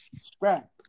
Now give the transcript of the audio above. Scrap